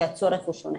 כי הצורך הוא שונה.